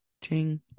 Ching